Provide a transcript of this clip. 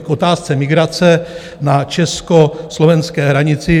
K otázce migrace na československé hranici.